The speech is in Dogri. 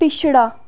पिछड़ा